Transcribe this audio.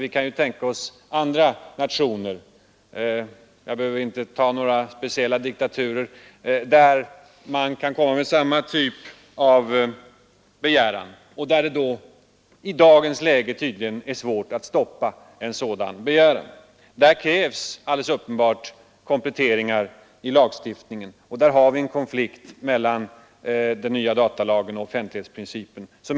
Vi kan ju tänka oss samma typ av begäran från andra nationer — jag behöver inte nämna någon speciell diktatur. Det är tydligen i dagens läge svårt att säga nej till en sådan begäran. På denna punkt krävs alldeles uppenbart kompletteringar i lagstiftningen; där finns en konflikt emellan den nya datalagen och offentlighetsprincipen.